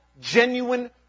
genuine